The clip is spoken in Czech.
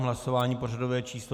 Hlasování pořadové číslo 224.